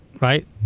right